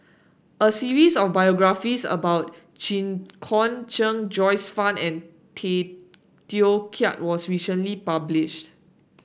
a series of biographies about Jit Koon Ch'ng Joyce Fan and Tay Teow Kiat was recently published